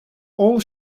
all